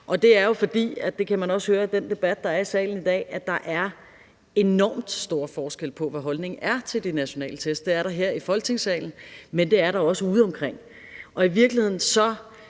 der er i salen i dag – enormt stor forskel på, hvad holdningen er til de nationale test; det er der her i Folketingssalen, men det er der også udeomkring.